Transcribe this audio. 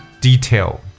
detail